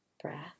breath